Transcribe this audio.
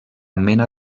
mena